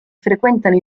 frequentano